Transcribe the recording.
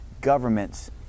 governments